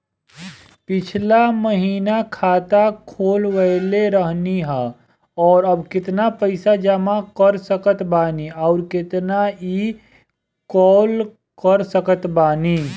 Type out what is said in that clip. पिछला महीना खाता खोलवैले रहनी ह और अब केतना पैसा जमा कर सकत बानी आउर केतना इ कॉलसकत बानी?